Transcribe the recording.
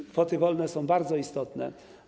Te kwoty wolne są bardzo istotne.